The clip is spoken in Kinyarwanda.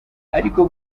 ariko